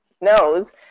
knows